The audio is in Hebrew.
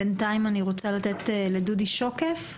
בינתיים, אני רוצה לתת לדודי שוקף?